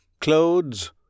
clothes